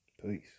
Please